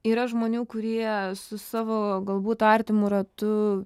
yra žmonių kurie su savo galbūt artimu ratu